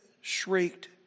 shrieked